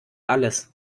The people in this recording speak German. alles